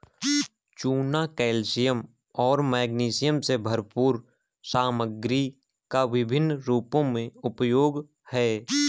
चूना कैल्शियम और मैग्नीशियम से भरपूर सामग्री का विभिन्न रूपों में उपयोग है